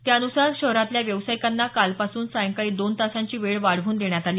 त्यानुसार शहरातल्या व्यावसायिकांना कालपासून सायंकाळी दोन तासांची वेळ वाढवून देण्यात आली